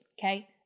Okay